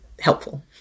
helpful